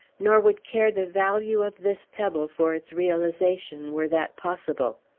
nor would care the value of this pebble for its realization, were that possible.